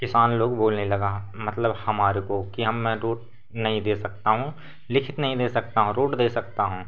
किसान लोग बोलने लगा मतलब हमारे को कि हम रोड नहीं दे सकता हूँ लिखित नहीं दे सकता हूँ रोड दे सकता हूँ